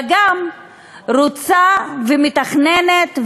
אלא גם רוצה ומתכננת,